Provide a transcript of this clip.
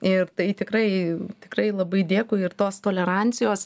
ir tai tikrai tikrai labai dėkui ir tos tolerancijos